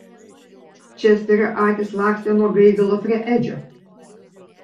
česterio akys lakstė nuo gaigalo prie edžio